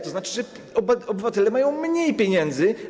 To znaczy, że obywatele mają mniej pieniędzy.